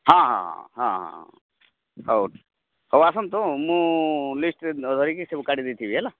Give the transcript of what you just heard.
ହଁ ହଁ ହଁ ହଁ ହଁ ହଉ ହଉ ଆସନ୍ତୁ ମୁଁ ଲିଷ୍ଟ୍ରେ ରହିକି ସବୁ କାଢ଼ି ଦେଇଥିବି ହେଲା